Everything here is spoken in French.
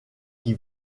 qui